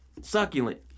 Succulent